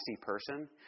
person